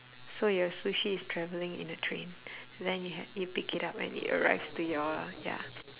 so your sushi is travelling in a train then you ha~ you pick it up when it arrives to your ya